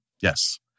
Yes